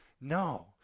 No